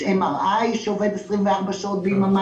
יש MRI שעובד 24 שעות ביממה,